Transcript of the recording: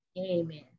Amen